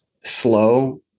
slow